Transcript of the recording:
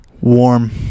Warm